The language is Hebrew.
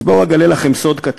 אז בואו אגלה לכם סוד קטן: